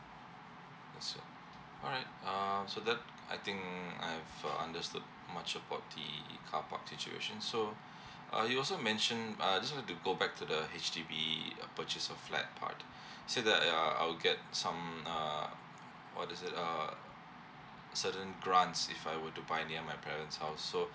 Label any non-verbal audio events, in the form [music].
so all right uh so that I think I have uh understood much about the car park situation so err you also mentioned err I just want to go back to the H_D_B err purchase a flat part [breath] say that uh I'll get some uh what is it uh certain grants if I were to buy near my parents' house